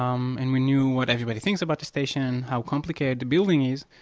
um and we knew what everybody thinks about the station. how complicated the building is,